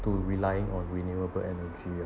to relying on renewable energy